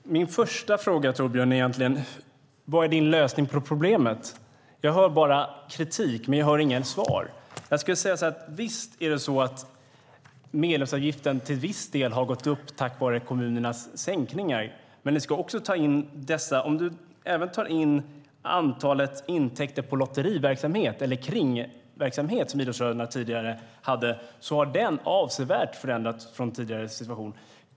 Herr talman! Min första fråga till Torbjörn Björlund är: Vad är din lösning på problemet? Jag hör bara kritik men inget svar. Visst har medlemsavgifterna till viss del ökat till följd av kommunernas sänkningar. Men intäkterna från lotteriverksamhet eller de kringverksamheter som idrottsföreningarna tidigare hade har förändrats avsevärt mot tidigare situation.